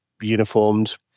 uniformed